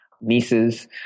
Nieces